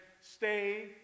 stay